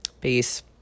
peace